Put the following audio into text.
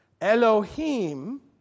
Elohim